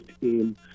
team